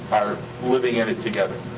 are living in it together.